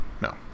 No